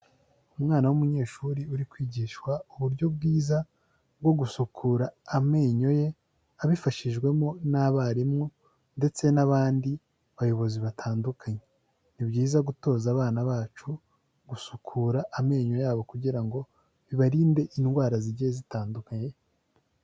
Umwana w'umunyeshuri uri kwigishwa uburyo bwiza bwo gusukura amenyo ye abifashijwemo n'abarimu ndetse n'abandi bayobozi batandukanye, ni byiza gutoza abana bacu gusukura amenyo yabo kugira bibarinde indwara zigiye zitandukanye.